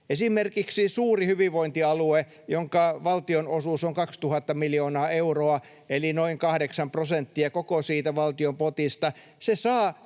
Esimerkiksi suuri hyvinvointialue, jonka valtionosuus on 2 000 miljoonaa euroa eli noin kahdeksan prosenttia koko siitä valtion potista, saa